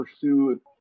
pursue